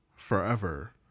forever